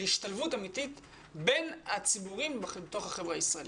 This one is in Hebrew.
להשתלבות אמיתית בין הציבורים בתוך החברה הישראלית.